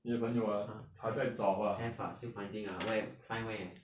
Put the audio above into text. have ah still finding ah find where